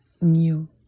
new